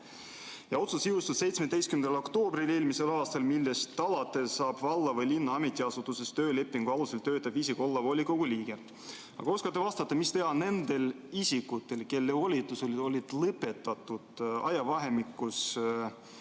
Ja otsus jõustus 17. oktoobril eelmisel aastal, millest alates saab valla või linna ametiasutuses töölepingu alusel töötav isik olla volikogu liige. Oskate te vastata, mida teha nende isikute puhul, kelle volitused lõppesid ajavahemikus